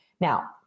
Now